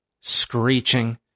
screeching